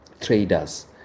traders